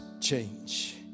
change